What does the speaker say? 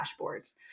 dashboards